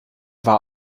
war